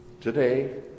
today